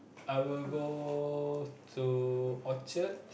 I would go to orchard